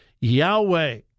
Yahweh